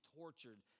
tortured